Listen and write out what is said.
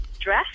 Dress